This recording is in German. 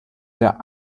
der